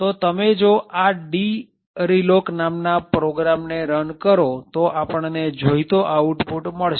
તો તમે જો આ dreloc નામના પ્રોગ્રામ ને રન કરો તો આપણને જોઈતો આઉટપુટ મળશે